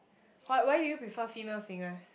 what why do you prefer female singers